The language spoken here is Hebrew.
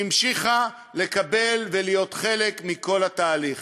שהמשיכה לקבל ולהיות חלק מכל התהליך.